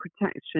protection